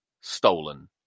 stolen